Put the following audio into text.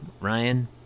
Ryan